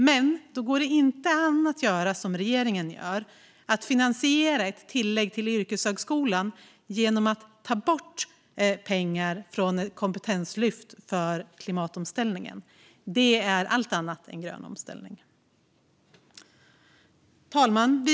Men då går det inte an att göra som regeringen gör: finansiera ett tillägg till yrkeshögskolan genom att ta bort pengar från kompetenslyftet för klimatomställningen. Det är allt annat än grön omställning. Fru talman!